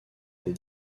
des